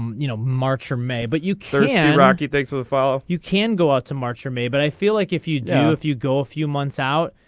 you know march or may but you can. rocket thanks for the follow you can go out to march or may but i feel like if you down if you go a few months out.